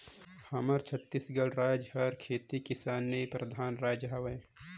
हमर छत्तीसगढ़ राएज हर खेती किसानी परधान राएज हवे